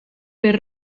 per